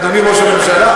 אדוני ראש הממשלה,